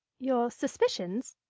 your suspicions?